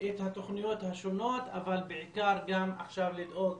את התוכניות השונות, אבל בעיקר גם עכשיו לדאוג